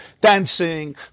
dancing